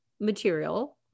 material